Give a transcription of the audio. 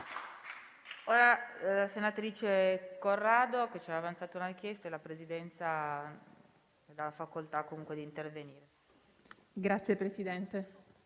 Grazie Presidente.